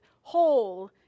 whole